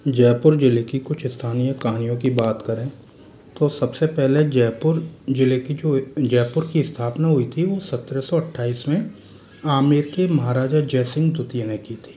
जयपुर ज़िले की कुछ स्थानीय कहानियों की बात करें तो सबसे पहले जयपुर ज़िले की जो एक जयपुर की स्थापना हुई थी वो सत्रह सौ अट्ठाईस में आमेर के महाराजा जयसिंह द्वितीय ने की थी